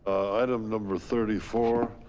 item number thirty four,